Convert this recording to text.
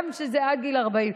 שזה יהיה גם עד גיל 40,